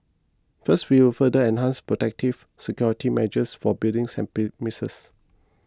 first we will further enhance protective security measures for buildings and premises